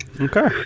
Okay